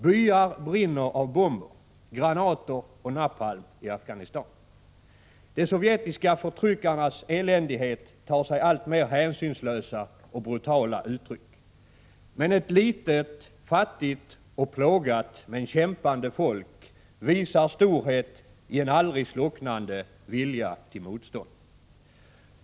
Byar brinner av bomber, granater och napalm i Afghanistan. De sovjetiska förtryckarnas eländighet tar sig alltmer hänsynslösa och brutala uttryck. Men ett litet, fattigt och plågat men kämpande folk visar storhet i en aldrig slocknande vilja till motstånd.